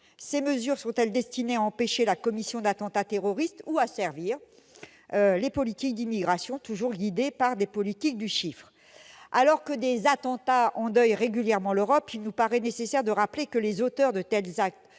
ces mesures sont-elles destinées à empêcher la commission d'attentats terroristes ou à servir des politiques d'immigration toujours plus guidées par des objectifs chiffrés ? Alors que des attentats endeuillent régulièrement l'Europe, il nous paraît nécessaire de rappeler que, dans leur majorité, les